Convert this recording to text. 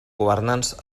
governants